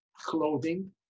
clothing